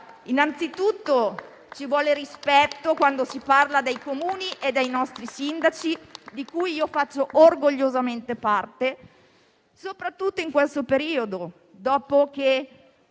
innanzitutto ci vuole rispetto quando si parla dei Comuni e dei nostri sindaci, categoria della quale io faccio orgogliosamente parte, soprattutto in questo periodo, dopo che,